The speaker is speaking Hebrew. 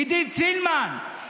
עידית סילמן,